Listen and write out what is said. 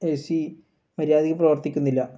A C മര്യാദക്ക് പ്രവർത്തിക്കുന്നില്ല